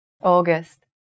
August